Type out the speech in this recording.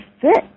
fit